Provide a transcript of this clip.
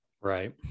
Right